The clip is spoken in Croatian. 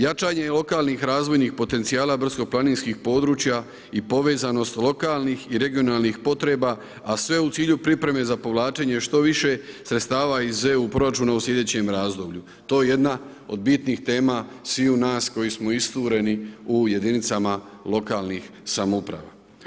Jačanje lokalnih razvojnih potencijala brdsko-planinskih područja i povezanost lokalnih i regionalnih potreba, a sve u cilju priprema za povlačenje što više sredstava iz EU proračuna u slijedećem razdoblju, to je jedna od bitnih tema sviju nas koji smo istureni u jedinicama lokalnih samouprava.